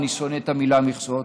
אני שונא את המילה מכסות,